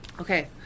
okay